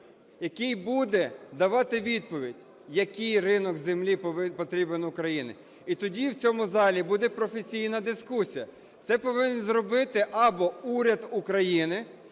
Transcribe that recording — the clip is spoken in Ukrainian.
який буде давати відповідь, який ринок землі потрібен Україні. І тоді в цьому залі буде професійна дискусія. Це повинен зробити або уряд України,